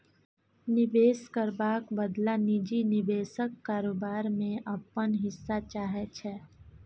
निबेश करबाक बदला निजी निबेशक कारोबार मे अपन हिस्सा चाहै छै